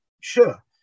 sure